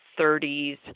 30s